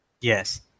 Yes